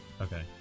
okay